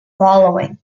following